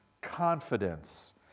confidence